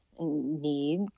need